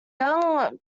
young